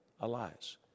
Elias